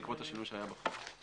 בעקבות השינוי שהיה בחוק.